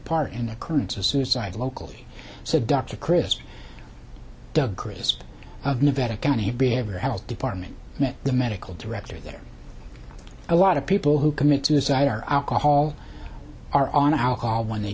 part in occurrence of suicide locally said dr chris doug crist of nevada county behavior health department the medical director there are a lot of people who commit suicide are alcohol are on alcohol when they